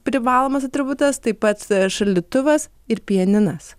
privalomas atributas taip pat šaldytuvas ir pianinas